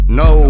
no